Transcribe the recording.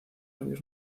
años